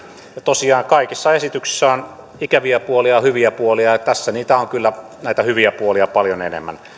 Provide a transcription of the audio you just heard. tosiaan kaikissa esityksissä on ikäviä puolia ja hyviä puolia ja tässä on kyllä näitä hyviä puolia paljon enemmän